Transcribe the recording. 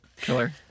Killer